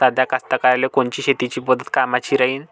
साध्या कास्तकाराइले कोनची शेतीची पद्धत कामाची राहीन?